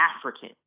African